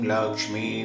Lakshmi